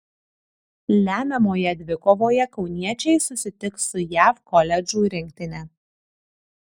lemiamoje dvikovoje kauniečiai susitiks su jav koledžų rinktine